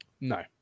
No